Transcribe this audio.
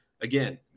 again